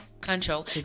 control